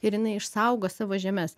ir jinai išsaugo savo žemes